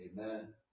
Amen